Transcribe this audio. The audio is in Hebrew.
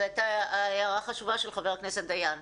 זו הייתה הערה חשובה של חבר הכנסת דיין.